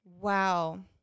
Wow